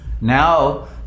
Now